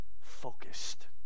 focused